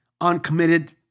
uncommitted